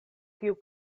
kiu